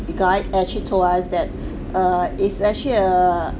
the guide actually told us that err is actually err